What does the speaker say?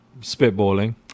spitballing